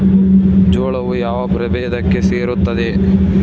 ಜೋಳವು ಯಾವ ಪ್ರಭೇದಕ್ಕೆ ಸೇರುತ್ತದೆ?